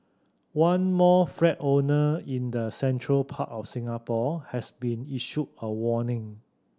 one more flat owner in the central part of Singapore has been issued a warning